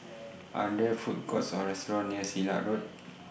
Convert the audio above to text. Are There Food Courts Or restaurants near Silat Road